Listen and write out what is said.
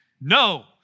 No